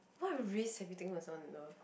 what risk have you taken on someone you love